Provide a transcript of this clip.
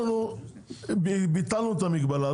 אנחנו ביטלנו את המגבלה,